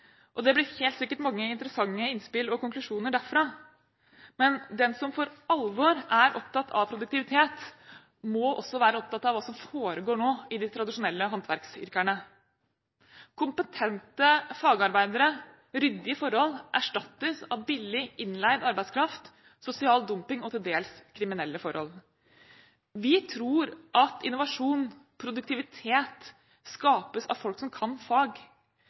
og det blir helt sikkert mange interessante innspill og konklusjoner derfra. Men den som for alvor er opptatt av produktivitet, må også være opptatt av hva som foregår nå i de tradisjonelle håndverksyrkene. Kompetente fagarbeidere og ryddige forhold erstattes av billig, innleid arbeidskraft, sosial dumping og til dels kriminelle forhold. Vi tror at innovasjon og produktivitet skapes av folk som kan fag,